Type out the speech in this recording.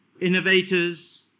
innovators